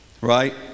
right